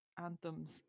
anthems